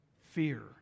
fear